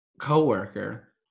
coworker